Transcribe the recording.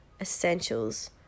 essentials